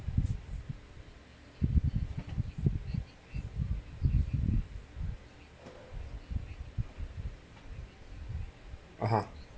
(uh huh)